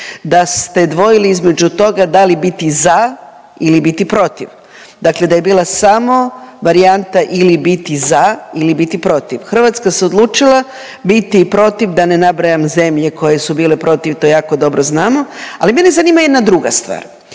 Da ste dvojili između toga da li biti za ili biti protiv. Dakle, da je bili samo varijanta ili biti za ili biti protiv. Hrvatska se odlučila biti protiv da ne nabrajam zemlje koje su bile protiv to jako dobro znamo, ali mene zanima jedna druga stvar.